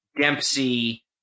Dempsey